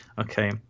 okay